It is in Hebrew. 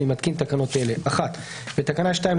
אני מתקין תקנות אלה: תיקון תקנה 2 1. בתקנה